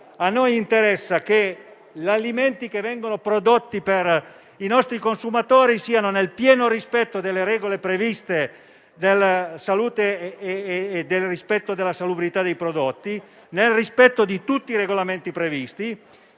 a noi interessa che gli alimenti che vengono prodotti per i nostri consumatori rientrino nel pieno rispetto delle regole previste per la salute e la salubrità dei prodotti e nel rispetto di tutti i regolamenti previsti.